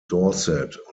dorset